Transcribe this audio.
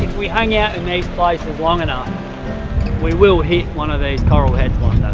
we hung out in these places long enough we will hit one of these coral heads one